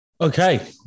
Okay